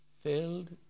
filled